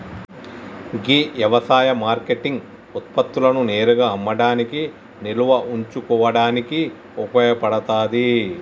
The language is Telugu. గీ యవసాయ మార్కేటింగ్ ఉత్పత్తులను నేరుగా అమ్మడానికి నిల్వ ఉంచుకోడానికి ఉపయోగ పడతాది